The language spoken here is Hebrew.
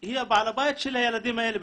היא "בעלת הבית" של הילדים האלה.